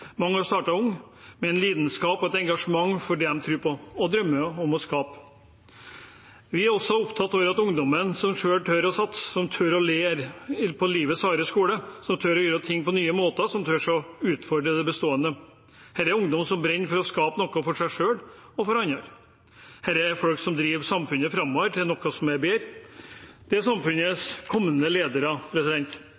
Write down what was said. Mange har startet unge med en lidenskap og et engasjement for det de tror på og drømmer om å skape. Vi er også opptatt av ungdommen som selv tør å satse, som tør å lære fra livets harde skole, som tør å gjøre ting på nye måter, som tør å utfordre det bestående. Dette er ungdom som brenner for å skape noe for seg selv og for andre. Dette er folk som driver samfunnet framover til noe som er bedre. Dette er samfunnets